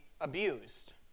abused